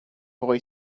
boy